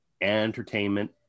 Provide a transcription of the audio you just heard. entertainment